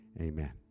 amen